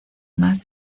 más